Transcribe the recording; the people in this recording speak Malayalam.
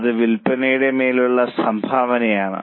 അത് വിൽപ്പനയുടെ മേലുള്ള സംഭാവനയാണ്